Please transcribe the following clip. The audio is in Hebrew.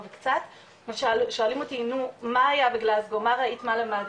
וקצת ושואלים אותי מה היה בגלזגו מה ראית מה למדת?